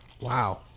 wow